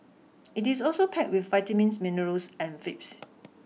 it is also packed with vitamins minerals and